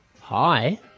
Hi